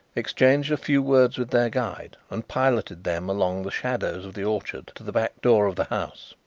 exchanged a few words with their guide and piloted them along the shadows of the orchard to the back door of the house.